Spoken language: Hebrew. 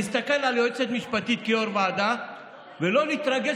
להסתכל על יועצת משפטית כיו"ר ועדה ולא להתרגש